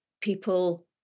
people